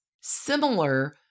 similar